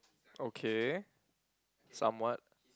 okay somewhat